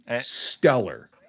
stellar